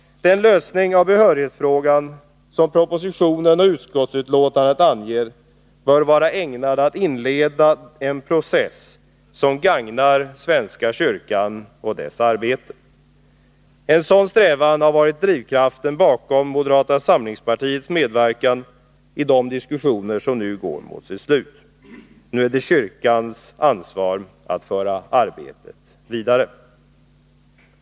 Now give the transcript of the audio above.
Den lösning av behörighetsfrågan som propositionen och utskottsutlåtandet anger bör vara ägnad att inleda en process som gagnar svenska kyrkan och dess arbete. En sådan strävan har varit drivkraften bakom moderata samlingspartiets medverkan i de diskussioner som nu går mot sitt slut. Nu är det kyrkans ansvar att föra arbetet vidare.